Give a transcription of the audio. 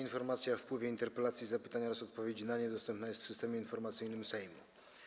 Informacja o wpływie interpelacji, zapytań oraz odpowiedzi na nie dostępna jest w Systemie Informacyjnym Sejmu.